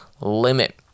limit